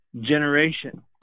generation